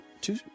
two